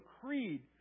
creed